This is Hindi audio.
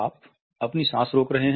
आप अपनी सांस रोक रहे हैं